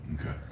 Okay